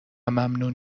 ممنون